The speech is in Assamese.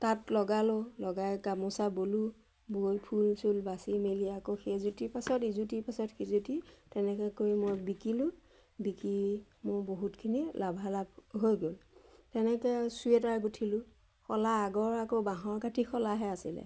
তাত লগালোঁ লগাই গামোচা বলোঁ বৈ ফুল চুল বাচি মেলি আকৌ সেই যুটিৰ পাছত ইযুটিৰ পাছত সিযুটি তেনেকৈ কৰি মই বিকিলোঁ বিকি মোৰ বহুতখিনি লাভালাভ হৈ গ'ল তেনেকৈ চুৱেটাৰ গুঠিলোঁ শলা আগৰ আকৌ বাঁহৰ কাঠি শলাহে আছিলে